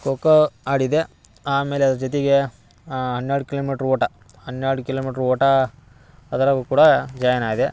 ಖೋಖೋ ಆಡಿದೆ ಆಮೇಲೆ ಅದ್ರ ಜೊತೆಗೆ ಹನ್ನೆರಡು ಕಿಲೋಮೀಟ್ರ್ ಓಟ ಹನ್ನೆರಡು ಕಿಲೋಮೀಟ್ರ್ ಓಟ ಅದ್ರಾಗು ಕೂಡ ಜಾಯ್ನಾದೆ